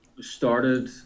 started